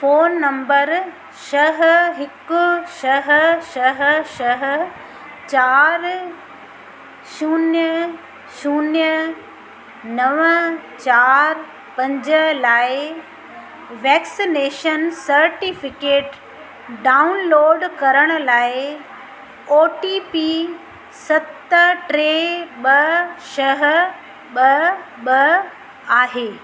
phone number छह हिकु छह छह छह चारि शून्य शून्य नव चारि पंज लाइ वेक्सनेशन सर्टिफिकेट डाउनलोड करण लाइ ओ टी पी सत टे ॿ छह ॿ ॿ आहे